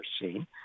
seen